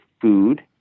food